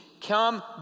come